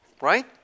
Right